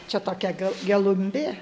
čia tokia ga gelumbė